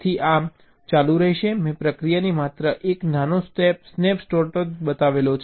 તેથી આ ચાલુ રહેશે મેં પ્રક્રિયાનો માત્ર એક નાનો સ્નેપ શોટ બતાવ્યો છે